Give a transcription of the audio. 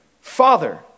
Father